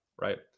Right